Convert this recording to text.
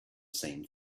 same